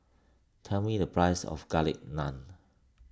tell me the price of Garlic Naan